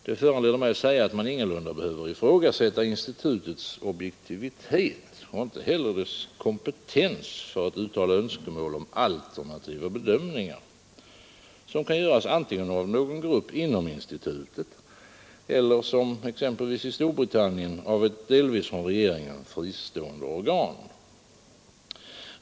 Det föranleder mig säga att man ingalunda behöver sätta institutets ojektivitet, ej heller dess kompetens, för att uttala önskemål om alternativa bedömningar, som kan göras antingen av någon grupp inom institutet eller, som exempelvis i Storbritannien, av ett delvis från regeringen fristående organ.